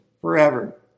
forever